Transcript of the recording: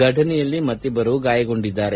ಫಟನೆಯಲ್ಲಿ ಮತ್ತಿಬ್ಬರು ಗಾಯಗೊಂಡಿದ್ದಾರೆ